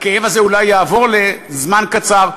הכאב הזה אולי יעבור לזמן קצר,